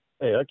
Hey